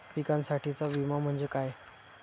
पिकांसाठीचा विमा म्हणजे काय?